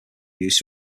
used